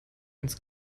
ins